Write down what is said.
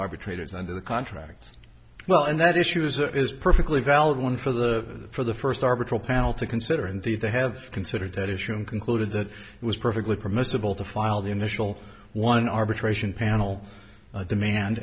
arbitrators under the contracts well and that issue is it is perfectly valid one for the for the first article panel to consider indeed to have considered that issue and concluded that it was perfectly permissible to file the initial one arbitration panel demand